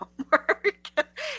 homework